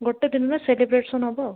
ଗୋଟେ ଦିନରେ ସେଲିବ୍ରେସନ୍ ହବ ଆଉ